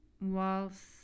walls